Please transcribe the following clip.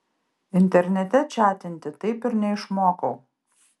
internete čatinti taip ir neišmokau